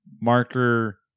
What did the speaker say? Marker